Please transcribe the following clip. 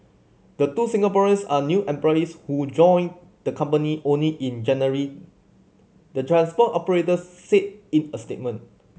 the two Singaporeans are new employees who joined the company only in January the transport operator said in a statement